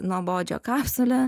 nuobodžią kapsulę